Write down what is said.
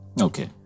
okay